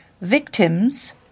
Victims